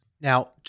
Now